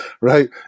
right